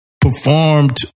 performed